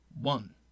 One